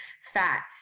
fat